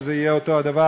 שזה יהיה אותו הדבר,